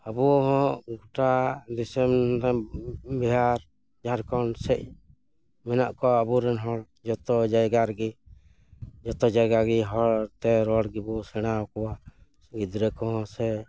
ᱟᱵᱚ ᱦᱚᱸ ᱜᱚᱴᱟ ᱫᱤᱥᱚᱢ ᱨᱮᱱ ᱵᱤᱦᱟᱨ ᱡᱷᱟᱲᱠᱷᱸᱰ ᱥᱮᱫ ᱢᱮᱱᱟᱜ ᱠᱚᱣᱟ ᱟᱵᱚᱨᱮᱱ ᱦᱚᱲ ᱡᱚᱛᱚ ᱡᱟᱭᱜᱟ ᱨᱮᱜᱮ ᱡᱚᱛᱚ ᱡᱟᱭᱜᱟ ᱜᱮ ᱦᱚᱲ ᱛᱮ ᱨᱚᱲ ᱜᱮᱵᱚᱱ ᱥᱮᱬᱟᱣ ᱠᱚᱣᱟ ᱜᱤᱫᱽᱨᱟᱹ ᱠᱚᱦᱚᱸ ᱥᱮ